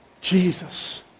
Jesus